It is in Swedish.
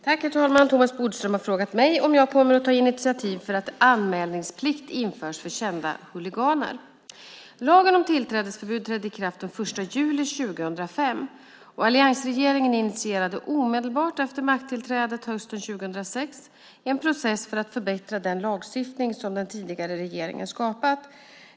Herr talman! Thomas Bodström har frågat mig om jag kommer att ta initiativ för att anmälningsplikt införs för kända huliganer. Lagen om tillträdesförbud trädde i kraft den 1 juli 2005. Alliansregeringen initierade omedelbart efter makttillträdet hösten 2006 en process för att förbättra den lagstiftning som den tidigare regeringen skapat.